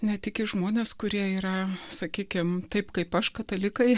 ne tik į žmones kurie yra sakykim taip kaip aš katalikai